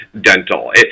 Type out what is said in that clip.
dental